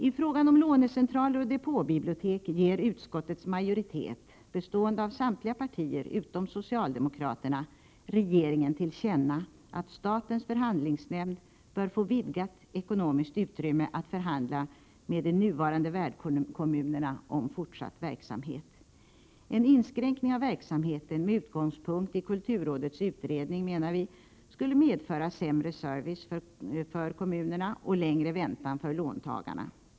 I fråga om lånecentraler och depåbibliotek föreslår utskottets majoritet, bestående av samtliga partier utom socialdemokraterna, bl.a. att riksdagen som sin mening ger regeringen till känna att statens förhandlingsnämnd bör få vidgat ekonomiskt utrymme att förhandla med de nuvarande värdkommunerna om fortsatt verksamhet. En inskränkning av verksamheten med utgångspunkt i kulturrådets utredning, menar vi, skulle medföra sämre service för kommunerna och längre väntan för låntagarna.